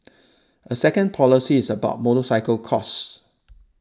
a second policy is about motorcycle costs